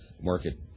market